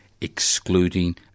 excluding